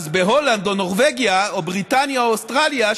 אז בהולנד או נורבגיה או בריטניה או אוסטרליה,